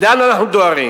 לאן אנחנו דוהרים?